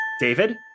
David